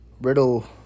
Riddle